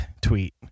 tweet